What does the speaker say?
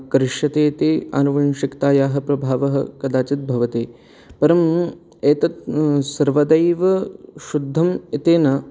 करिष्यति इति आनुवांशिकतायाः प्रभावः कदाचित् भवति परम् एतत् सर्वदैव शुद्धम् इति न